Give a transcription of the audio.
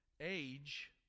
age